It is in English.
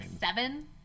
seven